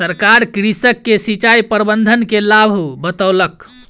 सरकार कृषक के सिचाई प्रबंधन के लाभ बतौलक